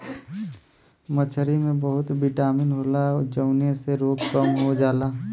मछरी में बहुत बिटामिन होला जउने से रोग कम होत जाला